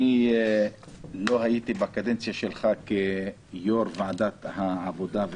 אני לא הייתי בקדנציה שלך כיושב-ראש ועדת העבודה,